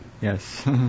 yes